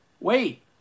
Wait